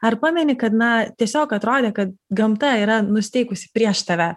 ar pameni kad na tiesiog atrodė kad gamta yra nusiteikusi prieš tave